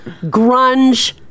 grunge